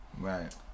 Right